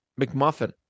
McMuffin